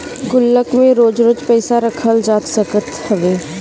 गुल्लक में रोज रोज पईसा रखल जा सकत हवे